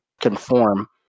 conform